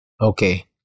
Okay